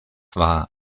war